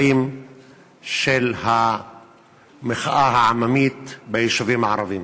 של המחאה העממית ביישובים הערביים.